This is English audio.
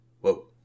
whoa